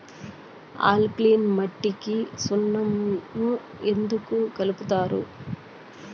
alkaline మట్టికి సున్నం ఎందుకు కలుపుతారు